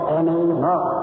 anymore